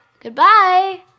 Goodbye